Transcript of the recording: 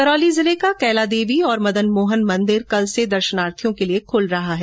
करौली जिले का कैलादेवी और मदनमोहन जी मंदिर कल से दर्शनार्थियों के लिये खुल रहा है